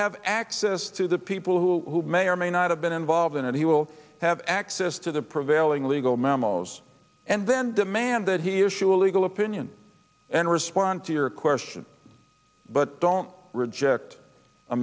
have access to the people who may or may not have been involved in and he will have access to the prevailing legal memos and then demand that he or she will equal opinion and respond to your question but don't reject a